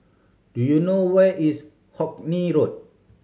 do you know where is Hawkinge Road